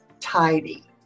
tidy